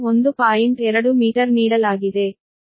2 metre ನೀಡಲಾಗಿದೆ